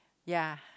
ya